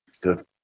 Good